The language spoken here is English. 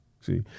See